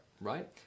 Right